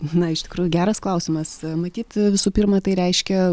na iš tikrųjų geras klausimas matyt visų pirma tai reiškia